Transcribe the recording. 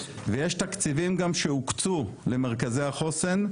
ויש תקציבים גם שהוקצו למרכזי החוסן,